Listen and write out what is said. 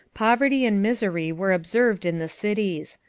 poverty and misery were observed in the cities.